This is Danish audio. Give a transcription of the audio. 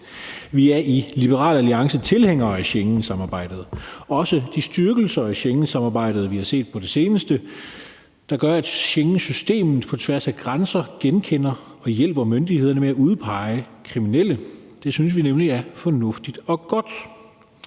Vi er i Liberal Alliance tilhængere af Schengensamarbejdet og også de styrkelser af Schengensamarbejdet, vi har set på det seneste, der gør, at Schengensystemet på tværs af grænser genkender og hjælper myndighederne med at udpege kriminelle. Det synes vi nemlig er fornuftigt og godt.